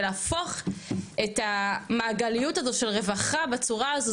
ולהפוך את המעגליות הזו של רווחה בצורה הזו,